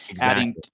Adding